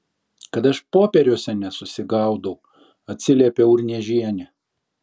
kad aš popieriuose nesusigaudau atsiliepė urniežienė